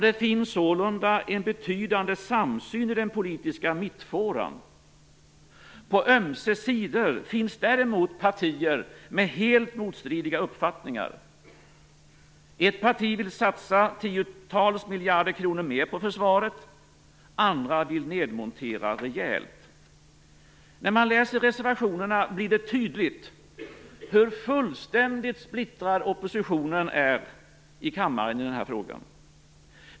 Det finns sålunda en betydande samsyn i den politiska mittfåran. På ömse sidor finns däremot partier med helt motstridiga uppfattningar. Ett parti vill satsa tiotals miljarder kronor mer på försvaret, andra vill nedmontera rejält. När man läser reservationerna blir det tydligt hur fullständigt splittrad oppositionen är i kammaren i den här frågan.